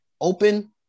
open